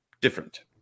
different